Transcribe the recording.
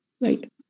Right